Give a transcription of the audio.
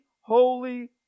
holy